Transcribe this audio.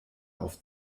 auf